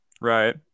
Right